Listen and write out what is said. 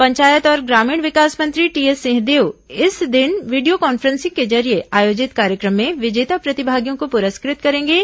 पंचायत और ग्रामीण विकास मंत्री टीएस सिंहदेव इस दिन वीडियो कॉन्फ्रेंसिंग के जरिये आयोजित कार्यक्रम में विजेता प्रतिमागियों को पुरस्कृत करेंगे